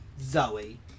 Zoe